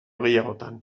gehiagotan